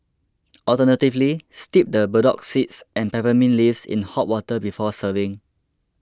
alternatively steep the burdock seeds and peppermint leaves in hot water before serving